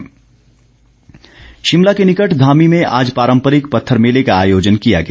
पत्थर मेला शिमला के निकट धामी में आज पारम्परिक पत्थर मेले का आयोजन किया गया